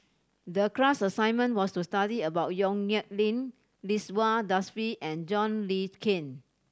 the class assignment was to study about Yong Nyuk Lin Ridzwan Dzafir and John Le Cain